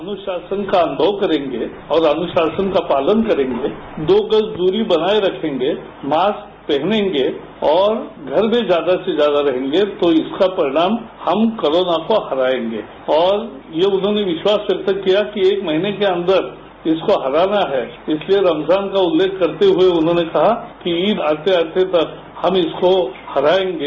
अनुशासन का अनुमव करेंगे और अनुशासन का पालन करेंगे दो गज दूरी बनाए रखेंगे मास्कर पहनेंगे और घर में ज्यारदा से ज्यारदा रहेंगे तो इसका परिणाम हम कोरोना को हराएंगे और ये उन्होंशने विश्वामस व्यगत्तर किया कि एक महीने के अंदर इसको हराना है इसलिए रमजान का उल्लेशख करते हुए उन्हों ने कहा कि ईद आते आते तक हम इसको हराएंगे